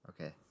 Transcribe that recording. Okay